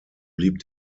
blieb